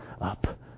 up